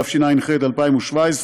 התשע"ח 2017,